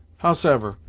howsever,